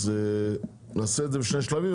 אז נעשה את זה בשני שלבים,